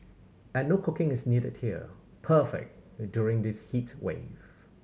and no cooking is needed here perfect during this heat wave